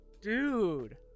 Dude